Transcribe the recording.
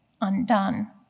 undone